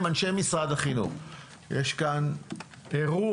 אנשי משרד החינוך, יש כאן אירוע,